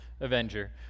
Avenger